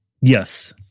Yes